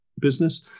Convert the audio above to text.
business